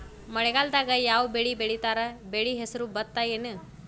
ಮಳೆಗಾಲದಾಗ್ ಯಾವ್ ಬೆಳಿ ಬೆಳಿತಾರ, ಬೆಳಿ ಹೆಸರು ಭತ್ತ ಏನ್?